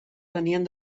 venien